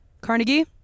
Carnegie